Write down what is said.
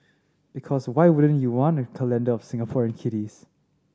because why wouldn't you want a calendar of Singaporean kitties